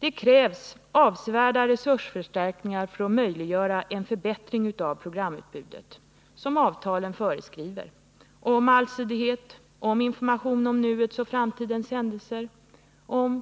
Det krävs avsevärda resursförstärkningar för att möjliggöra en förbättring av programutbudet, som avtalen föreskriver, om allsidighet, information om nuets och framtidens händelser,